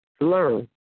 learn